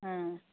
ꯑꯥ